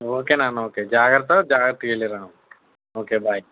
okay నాన్న okay జాగ్రత జాగ్రతగా వెళ్ళిరా ఓకే బాయ్